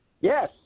Yes